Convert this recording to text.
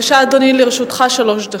אנחנו יודעים שהעניין של היופי והסביבה